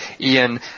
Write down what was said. Ian